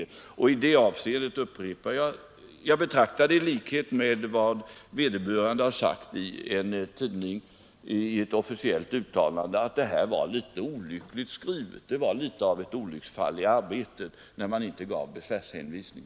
Jag vill i detta sammanhang upprepa att jag i likhet med vad som sagts i ett officiellt uttalande i en tidning att det var fråga om ett olycksfall i arbetet, när man i den skrivning det här gällde inte lämnade någon besvärshänvisning.